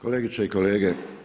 Kolegice i kolege.